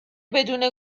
بدون